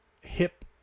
hip